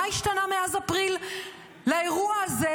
מה השתנה מאז אפריל באירוע הזה,